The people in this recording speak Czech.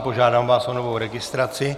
Požádám vás o novou registraci.